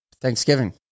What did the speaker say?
Thanksgiving